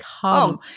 come